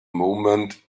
moment